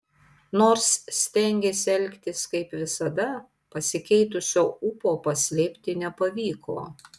nors stengėsi elgtis kaip visada pasikeitusio ūpo paslėpti nepavyko